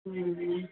ਹਾਂਜੀ